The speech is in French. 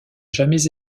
jamais